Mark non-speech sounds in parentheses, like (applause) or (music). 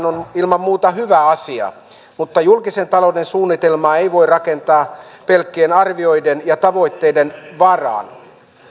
(unintelligible) on ilman muuta hyvä asia mutta julkisen talouden suunnitelmaa ei voi rakentaa pelkkien arvioiden ja tavoitteiden varaan